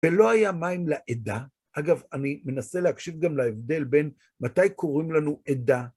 ולא היה מים לעדה, אגב, אני מנסה להקשיב גם להבדל בין מתי קוראים לנו עדה.